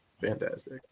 fantastic